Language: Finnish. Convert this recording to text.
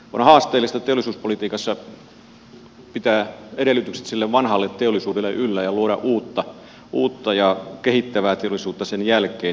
on haasteellista teollisuuspolitiikassa pitää edellytykset sille vanhalle teollisuudelle yllä ja luoda uutta ja kehittää teollisuutta sen jälkeen